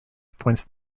appoints